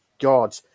God